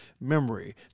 memory